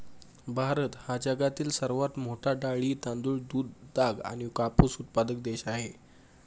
भारत हा जगातील सर्वात मोठा डाळी, तांदूळ, दूध, ताग आणि कापूस उत्पादक देश आहे